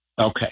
Okay